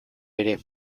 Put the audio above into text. ere